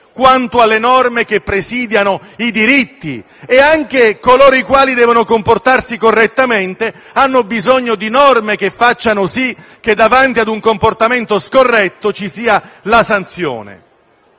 quanto alle norme che presidiano i diritti, perché anche coloro i quali vogliono comportarsi correttamente hanno bisogno di norme che facciano sì che, davanti ad un comportamento scorretto, ci sia la sanzione.